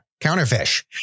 counterfish